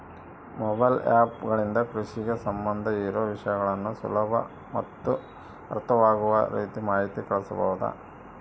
Mobile app ಗಳಿಂದ ಕೃಷಿಗೆ ಸಂಬಂಧ ಇರೊ ವಿಷಯಗಳನ್ನು ಸುಲಭ ಮತ್ತು ಅರ್ಥವಾಗುವ ರೇತಿ ಮಾಹಿತಿ ಕಳಿಸಬಹುದಾ?